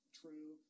true